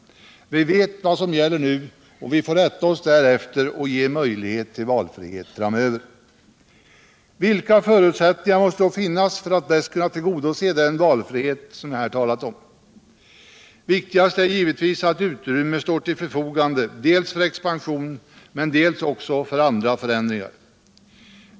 Vi vet vad som nu gäller, och vi får rätta oss därefter och ge möjlighet till valfrihet framöver. Vilka förutsättningar måste då finnas för att bäst kunna tillgodose den valfrihet som jag här talat om? Viktigast är givetvis att utrymme står till förfogande, dels för expansion, men dels också för andra förändringar.